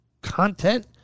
content